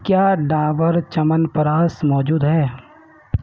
کیا ڈابر چون پراش موجود ہے